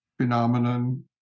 phenomenon